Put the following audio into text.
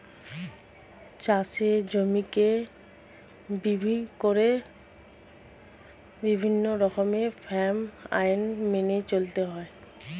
চাষের জমিকে ভিত্তি করে বিভিন্ন রকমের ফার্ম আইন মেনে চলতে হয়